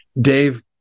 Dave